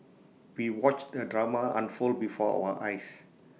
we watched the drama unfold before our eyes